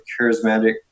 charismatic